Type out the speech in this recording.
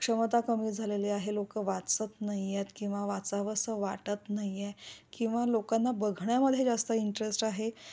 क्षमता कमी झालेली आहे लोकं वाचत नाहीयेत किंवा वाचावंसं वाटत नाईये किंवा लोकांना बघण्यामध्ये जास्त इंटरेस्ट आहे